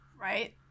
right